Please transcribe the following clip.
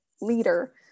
leader